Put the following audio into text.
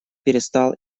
перестал